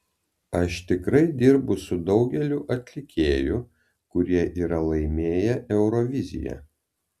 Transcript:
aš tikrai dirbu su daugeliu atlikėjų kurie yra laimėję euroviziją